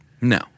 No